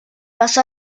pasó